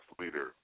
leader